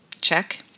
Check